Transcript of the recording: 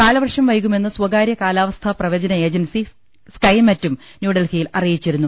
കാലവർഷം വൈകുമെന്ന് സ്പകാര്യ കാലാവസ്ഥാ പ്രവചന ഏജൻസി സ്കൈമെറ്റും ന്യൂഡൽഹിയിൽ അറിയിച്ചിരുന്നു